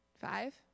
Five